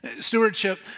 Stewardship